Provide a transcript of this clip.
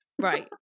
Right